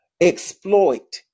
exploit